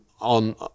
on